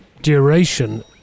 duration